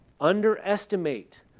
underestimate